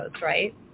right